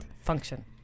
function